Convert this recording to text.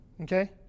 okay